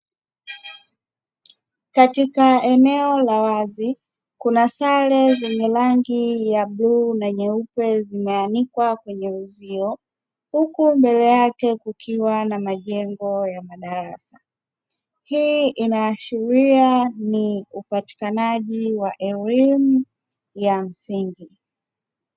Katika eneo la wazi kuna sare zenye rangi ya bluu na nyeupe zimeanikwa kwenye uzio, huku mbele yake kukiwa na majengo ya madarasa. Hii inaashiria ni upatikanaji wa elimu ya msingi.